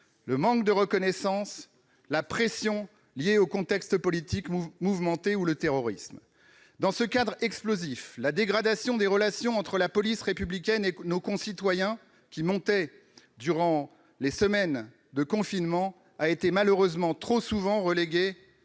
manque de reconnaissance, pression liée au contexte politique mouvementé ou au terrorisme. Dans ce cadre explosif, la dégradation des relations entre la police républicaine et nos concitoyens, qui n'a cessé de s'aggraver durant les semaines de confinement, a été malheureusement trop souvent reléguée